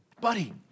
Buddy